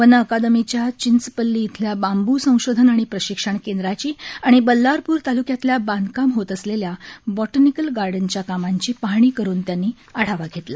one अकादमीच्या चिंचपल्ली इथल्या बांब् संशोधन आणि प्रशिक्षण केंद्राची आणि बल्लारप्र तालुक्यातल्या बांधकाम होत असलेल्या बॉटनिकल गार्डनच्या कामांची पाहणी करून आढावा घेतला